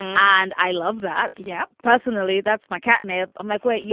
and i love that. yeah. personally, that's my catnip. i'm like, wait, yeah